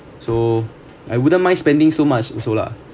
so I wouldn't mind spending so much also lah